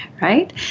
right